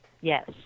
Yes